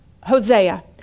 Hosea